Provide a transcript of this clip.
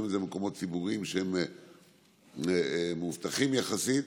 במקומות ציבוריים שהם מאובטחים יחסית.